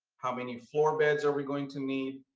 how many floor beds are we going to need,